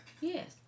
yes